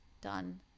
done